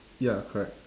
ya correct